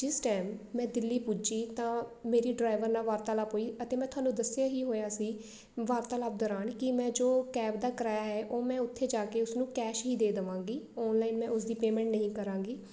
ਜਿਸ ਟਾਈਮ ਮੈਂ ਦਿੱਲੀ ਪੁੱਜੀ ਤਾਂ ਮੇਰੀ ਡਰਾਈਵਰ ਨਾਲ ਵਾਰਤਾਲਾਪ ਹੋਈ ਅਤੇ ਮੈਂ ਤੁਹਾਨੂੰ ਦੱਸਿਆ ਹੀ ਹੋਇਆ ਸੀ ਵਾਰਤਾਲਾਪ ਦੌਰਾਨ ਕਿ ਮੈਂ ਜੋ ਕੈਬ ਦਾ ਕਿਰਾਇਆ ਹੈ ਉਹ ਮੈਂ ਉੱਥੇ ਜਾ ਕੇ ਉਸਨੂੰ ਕੈਸ਼ ਹੀ ਦੇ ਦੇਵਾਂਗੀ ਔਨਲਾਈਨ ਮੈਂ ਉਸਦੀ ਪੇਮੈਂਟ ਨਹੀਂ ਕਰਾਂਗੀ